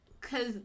Cause